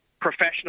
professional